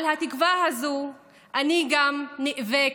גם על התקווה הזאת אני נאבקת,